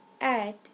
add